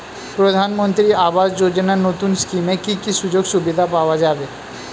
প্রধানমন্ত্রী আবাস যোজনা নতুন স্কিমে কি কি সুযোগ সুবিধা পাওয়া যাবে?